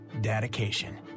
dedication